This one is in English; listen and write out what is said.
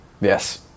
Yes